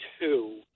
two